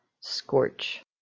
Scorch